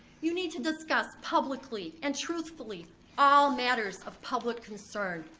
you need to discuss publicly and truthfully all matters of public concern